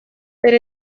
bere